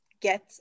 get